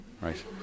right